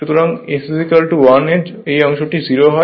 সুতরাং S1 এর এই অংশটি 0 হয়